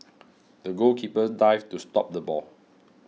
the goalkeeper dived to stop the ball